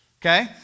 okay